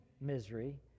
misery